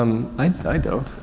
um i don't.